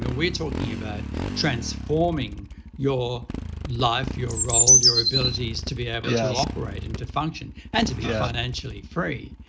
we're talking about transforming your life, your role, your abilities to be able yeah to operate and to function and to be financially free.